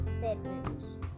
bedrooms